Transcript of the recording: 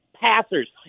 passers